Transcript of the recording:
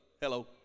Hello